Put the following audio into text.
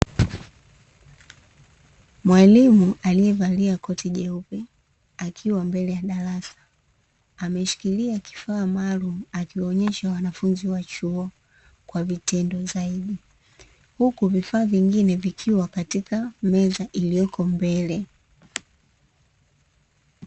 Mwalimu aliyevalia koti jeupe akiwa mbele ya darasa ameshikilia kifaa maalum akiwaonyesha wanafunzi wa chuo kwa vitendo zaidi, huku vifaa vingine vikiwa katika meza iliyoko mbele